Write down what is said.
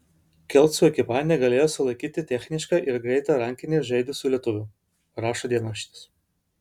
kelcų ekipa negalėjo sulaikyti technišką ir greitą rankinį žaidusių lietuvių rašo dienraštis